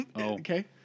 Okay